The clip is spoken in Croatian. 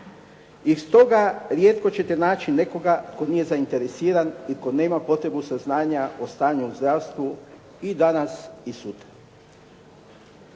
I stoga rijetko ćete naći nekoga tko nije zainteresiran i tko nema potrebu saznanja o stanju u zdravstvu i danas i sutra.